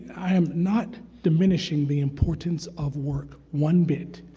i'm not diminishing the importance of work one bit,